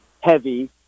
heavy